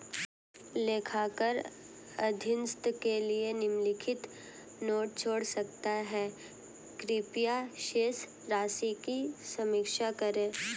लेखाकार अधीनस्थ के लिए निम्नलिखित नोट छोड़ सकता है कृपया शेष राशि की समीक्षा करें